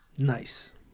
nice